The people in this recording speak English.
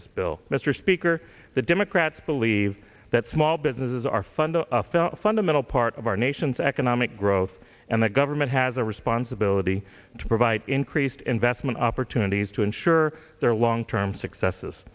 this bill mr speaker the democrats believe that small businesses are funded a fundamental part of our nation's economic growth and the government has a responsibility to provide increased investment opportunities to ensure their long term successes